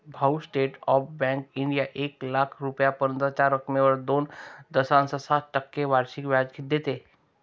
भाऊ, state bank of India एक लाख रुपयांपर्यंतच्या रकमेवर दोन दशांश सात टक्के वार्षिक व्याज देते